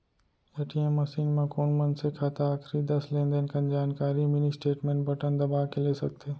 ATM machine म कोन मनसे खाता आखरी दस लेनदेन के जानकारी मिनी स्टेटमेंट बटन दबा के ले सकथे